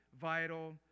vital